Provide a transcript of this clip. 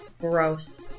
gross